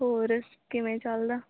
ਹੋਰ ਕਿਵੇਂ ਚਲਦਾ